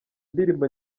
ndirimbo